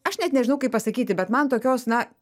aš net nežinau kaip pasakyti bet man tokios na